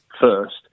first